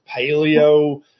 paleo